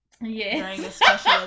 Yes